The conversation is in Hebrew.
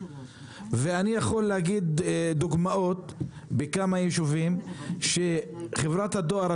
ואני יכול לתת דוגמאות מכמה יישובים שחברת הדואר,